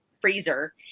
freezer